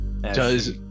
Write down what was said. Does-